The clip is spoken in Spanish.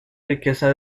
riqueza